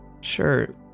Sure